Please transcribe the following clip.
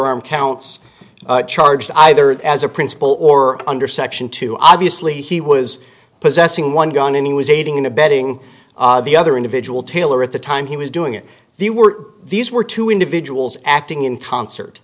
arm counts charged either as a principal or under section two obviously he was possessing one gun and he was aiding and abetting the other individual taylor at the time he was doing it the were these were two individuals acting in concert